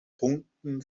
punkten